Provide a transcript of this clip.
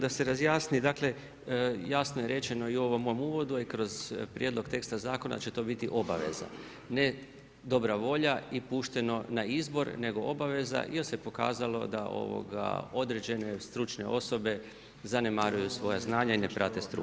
Da se razjasni dakle, jasno je rečeno i u ovom mom uvodu a i kroz prijedlog teksta zakona će to biti obaveza, ne dobra volja i pušteno na izbor nego obaveza jer se pokazalo da određene stručne osobe zanemaruju svoja znanja i ne prate struku.